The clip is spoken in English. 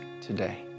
today